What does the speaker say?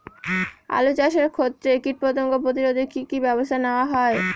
আলু চাষের ক্ষত্রে কীটপতঙ্গ প্রতিরোধে কি কী ব্যবস্থা নেওয়া হয়?